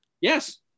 Yes